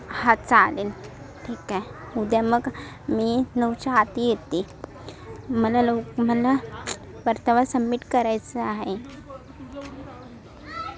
हा चालेल ठीक आहे उद्या मग मी नऊच्या आत येते मला लव मला परतावा सबमिट करायचा आहे